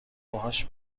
باهاش